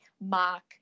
mark